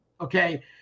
okay